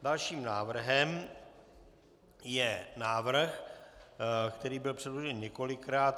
Dalším návrhem je návrh, který byl předložen několikrát.